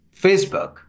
Facebook